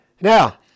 Now